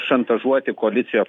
šantažuoti koalicijos